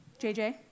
JJ